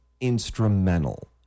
instrumental